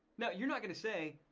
now you're not gonna say,